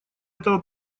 этого